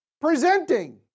presenting